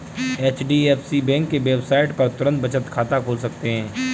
HDFC bank के website पर तुरंत बचत खाता खोल सकते है